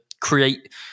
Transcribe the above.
create